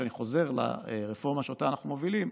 כשאני חוזר לרפורמה שאותה אנחנו מובילים,